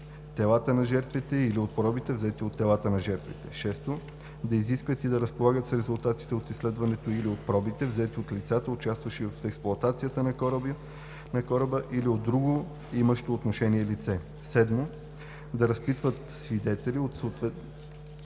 телата на жертвите или от пробите, взети от телата на жертвите; 6. да изискват и да разполагат с резултатите от изследването или от пробите, взети от лицата, участващи в експлоатацията на кораба, или от друго имащо отношение лице; 7. да разпитват свидетели в отсъствието